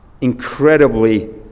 incredibly